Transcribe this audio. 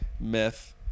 myth